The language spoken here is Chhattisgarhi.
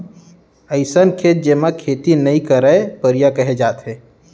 अइसन खेत जेमा खेती नइ करयँ परिया कहे जाथे